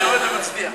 אני עומד ומצדיע.